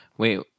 Wait